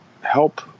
help